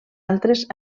altres